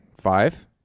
Five